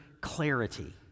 clarity